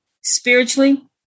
Spiritually